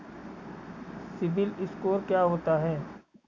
CIBIL score क्या होता है?